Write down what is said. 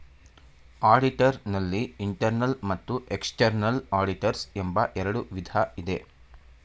auditor ನಲ್ಲಿ internal ಮತ್ತು external auditors ಎಂಬ ಎರಡು ವಿಧ ಇದೆ